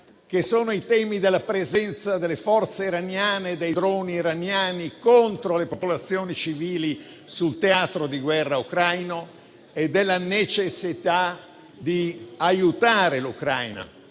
e Cina, della presenza delle forze iraniane e dei droni iraniani contro le popolazioni civili sul teatro di guerra ucraino e della necessità di aiutare l'Ucraina,